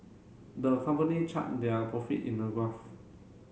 the company chart their profit in a graph